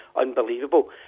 unbelievable